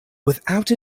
without